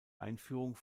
einführung